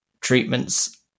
treatments